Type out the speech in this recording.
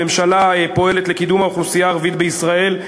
הממשלה פועלת לקידום האוכלוסייה הערבית בישראל.